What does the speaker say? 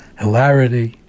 hilarity